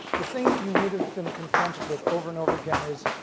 the thing that you would have been confronted with over and over again is